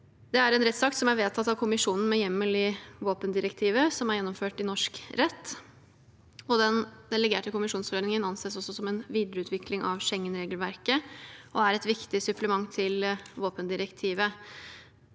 Det er en rettsakt som er vedtatt av Kommisjonen med hjemmel i våpendirektivet, som er gjennomført i norsk rett. Den delegerte kommisjonsforordningen anses også som en videreutvikling av Schengen-regelverket og er et viktig supplement til våpendirektivet.